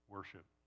Worship